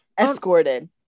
escorted